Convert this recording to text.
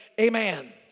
amen